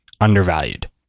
undervalued